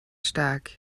stark